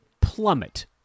plummet